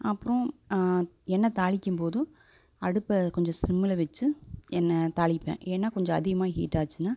அப்புறம் எண்ணெய் தாளிக்கும் போதும் அடுப்பை கொஞ்சம் சிம்மில் வச்சு எண்ணெய் தாளிப்பேன் ஏன்னால் கொஞ்சம் அதிகமாக ஹீட் ஆச்சுன்னா